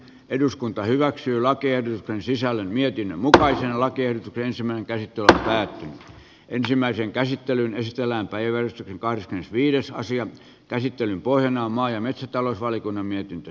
eduskunta hyväksyy lakien sisällön mietin mutkaisella kielteisemmän kehiteltävää ensimmäisen käsittelyn pohjana on maa ja metsätalousvaliokunnan mietintö